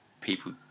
people